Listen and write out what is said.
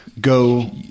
go